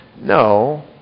No